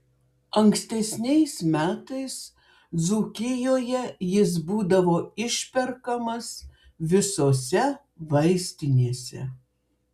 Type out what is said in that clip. ankstesniais metais dzūkijoje jis būdavo išperkamas visose vaistinėse